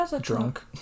Drunk